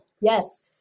yes